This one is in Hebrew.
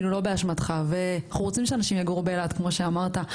כאילו לא באשמתך ואנחנו רוצים שאנשים יגורו באילת כמו שאמרת,